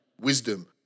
Wisdom